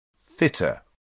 fitter